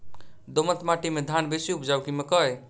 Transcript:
दोमट माटि मे धान बेसी उपजाउ की मकई?